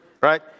right